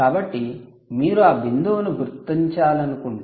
కాబట్టి మీరు ఆ బిందువును గుర్తించాలనుకుంటే ఇది 0